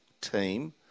team